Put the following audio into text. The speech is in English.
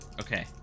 okay